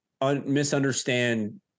misunderstand